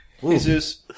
Jesus